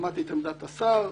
שמעתי את עמדת השר,